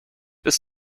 bis